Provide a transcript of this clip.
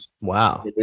wow